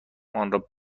آنرا